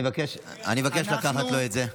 אני מבקש לקחת לו את זה.